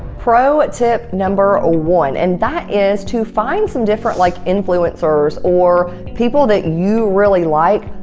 pro ah tip number ah one and that is to find some different like influencers or people that you really like.